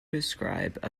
describe